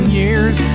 years